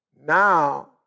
now